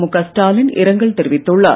முக ஸ்டாலின் இரங்கல் தெரிவித்துள்ளார்